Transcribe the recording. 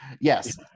yes